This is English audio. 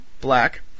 black